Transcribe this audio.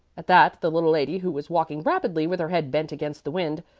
at that the little lady, who was walking rapidly with her head bent against the wind,